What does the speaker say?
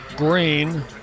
Green